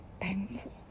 Thankful